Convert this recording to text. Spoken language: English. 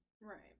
Right